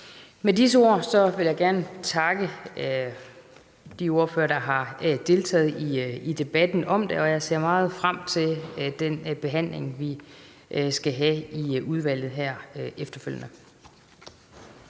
Med disse ord vil jeg gerne takke de ordførere, der har deltaget i debatten om det, og jeg ser meget frem til den behandling, vi skal have i udvalget efterfølgende.